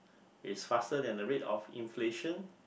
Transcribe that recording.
is faster than the rate of inflation